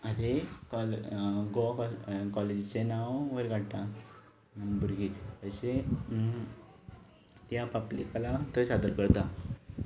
आनी गोवा गोवा कॉलेजीचें नांव वयर काडटा आनी भुरगीं तशी त्या आपली कला थंय सादर करता